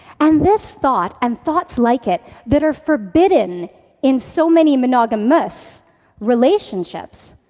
and this thought and thoughts like it that are forbidden in so many monogamous relationships,